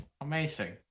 Amazing